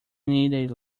need